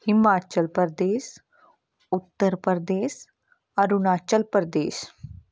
Himachal Pradesh Uttar Pradesh Arunachal Pradesh